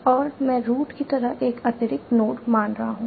और मैं रूट की तरह एक अतिरिक्त नोड मान रहा हूं